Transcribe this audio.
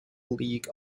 league